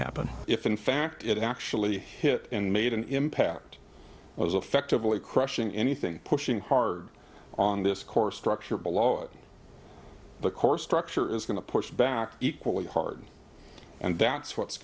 happen if in fact it actually hit and made an impact was effectively crushing anything pushing hard on this core structure below the core structure is going to push back equally hard and that's what's